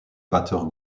batteur